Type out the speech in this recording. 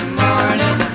morning